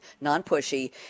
non-pushy